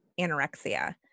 anorexia